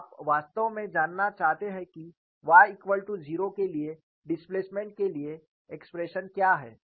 तो आप वास्तव में जानना चाहते हैं कि y0 के लिए डिस्प्लेसमेंट के लिए एक्सप्रेशन क्या है